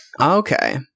Okay